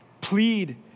plead